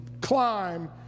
climb